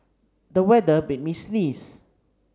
the weather made me sneeze